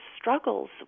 struggles